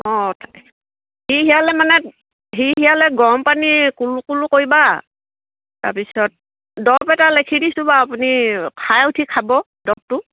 অঁ সিৰসিৰালে মানে সিৰ সিৰসিৰালে গৰম পানী কুলো কুলো কৰিবা তাৰ পিছত দৰব এটা লেখি দিছোঁ বাৰু আপুনি খাই উঠি খাব দৰবটো